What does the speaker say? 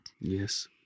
Yes